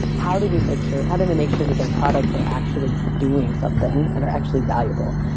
how do we make sure how do they make sure that their products are actually doing something and are actually valuable?